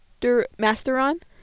Masteron